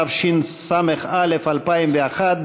התשס"א 2001,